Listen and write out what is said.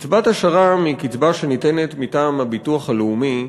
קצבת השר"מ היא קצבה שניתנת מטעם הביטוח הלאומי,